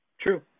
True